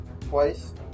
Twice